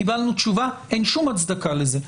קיבלנו תשובה, אין שום הצדקה לזה.